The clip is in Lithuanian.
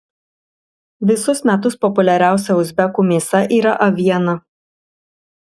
visus metus populiariausia uzbekų mėsa yra aviena